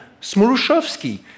Smoluchowski